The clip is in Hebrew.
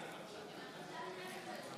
נגד